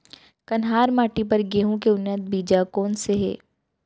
कन्हार माटी बर गेहूँ के उन्नत बीजा कोन से हे?